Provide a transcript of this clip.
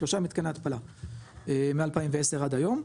שלושה מתקני התפלה מ-2010 עד היום,